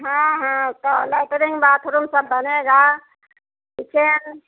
हाँ हाँ तौ लेटरिन बाथरूम सब बनेगा किचेन